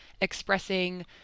expressing